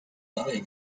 dalej